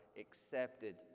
accepted